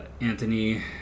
Anthony